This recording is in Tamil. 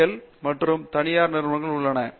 க்கள் மற்றும் தனியார் நிறுவனங்களில் உள்ளன